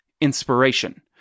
inspiration